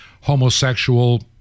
homosexual